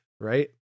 right